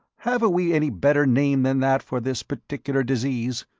haven't we any better name than that for this particular disease?